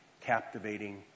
captivating